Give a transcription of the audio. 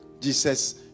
Jesus